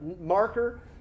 marker